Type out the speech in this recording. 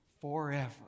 forever